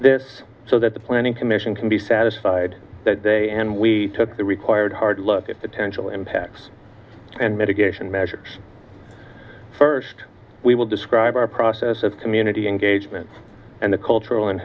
this so that the planning commission can be satisfied that they and we took the required hard look at the ten july impacts and mitigation measures first we will describe our process of community engagement and the cultural